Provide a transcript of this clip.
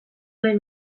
nahi